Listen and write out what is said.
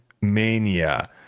mania